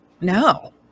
no